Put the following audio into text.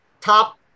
Top